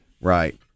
Right